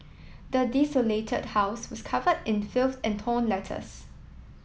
the desolated house was covered in filth and torn letters